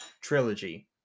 trilogy